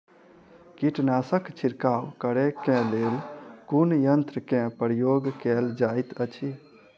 कीटनासक छिड़काव करे केँ लेल कुन यंत्र केँ प्रयोग कैल जाइत अछि?